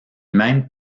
même